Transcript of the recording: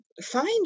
find